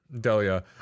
Delia